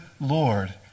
Lord